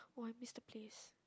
oh I miss the place